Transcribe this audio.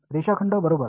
रेषाखंड बरोबर